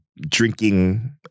drinking